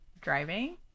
driving